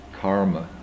karma